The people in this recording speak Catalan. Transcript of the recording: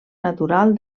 natural